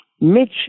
Mitch